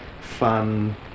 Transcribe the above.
fun